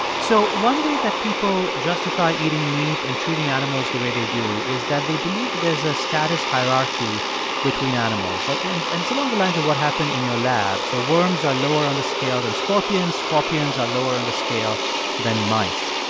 so one way that people justify eating meat and treating animals the way they do is that they believe that there's a status hierarchy between animals and it's along the lines of what happened in your lab. so worms are lower on the scale than scorpions. scorpions are lower on the scale than mice.